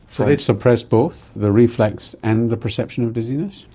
so they'd suppress both, the reflex and the perception of dizziness?